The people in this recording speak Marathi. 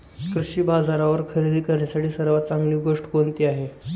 कृषी बाजारावर खरेदी करण्यासाठी सर्वात चांगली गोष्ट कोणती आहे?